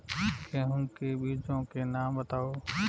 गेहूँ के बीजों के नाम बताओ?